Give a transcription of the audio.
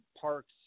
Parks